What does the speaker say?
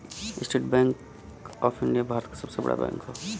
estate bank of India Bharat क सबसे बड़ा बैंक हौ